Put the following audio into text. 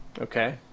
Okay